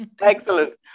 Excellent